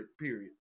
period